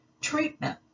treatment